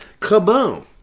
kaboom